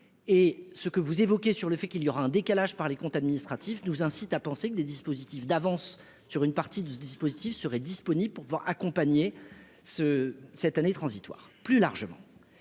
est-ce que vous évoquez, sur le fait qu'il y aura un décalage par les comptes administratifs nous incite à penser que des dispositifs d'avance sur une partie du dispositif serait disponible pour pouvoir accompagner ce cette année transitoire plus largement.